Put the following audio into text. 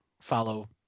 follow